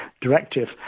directive